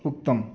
उक्तं